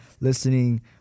listening